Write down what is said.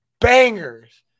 bangers